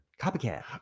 Copycat